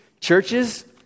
Churches